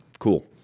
Cool